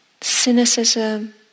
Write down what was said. cynicism